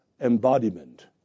embodiment